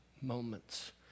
moments